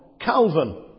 Calvin